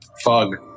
Fog